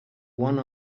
one